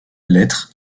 lettre